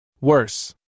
Worse